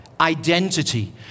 identity